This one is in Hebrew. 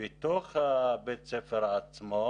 בתוך בית הספר עצמו,